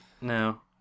No